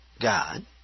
God